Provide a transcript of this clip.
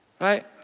right